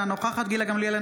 אינה נוכחת גילה גמליאל,